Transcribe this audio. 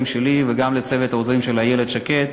שלי וגם לצוות העוזרים של איילת שקד.